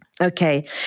Okay